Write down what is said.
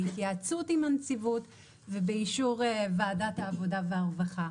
בהתייעצות עם הנציבות ובאישור ועדת העבודה והרווחה.